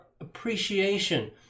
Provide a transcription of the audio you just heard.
appreciation